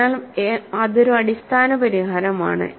അതിനാൽ അതൊരു അടിസ്ഥാന പരിഹാരമാണ്